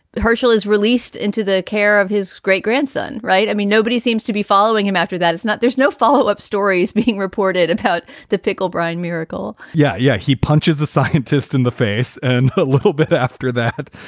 herschelle is released into the care of his great grandson. right. i mean, nobody seems to be following him after that. it's not there's no follow up stories being reported about the pickle brine miracle yeah. yeah. he punches the scientist in the face and a but little bit after that,